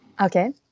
Okay